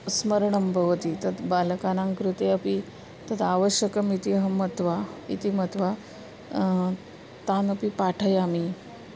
स्मरणं भवति तत् बालकानां कृते अपि तद् आवश्यकम् इति अहं मत्वा इति मत्वा तामपि पाठयामि